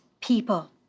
people